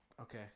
okay